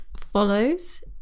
follows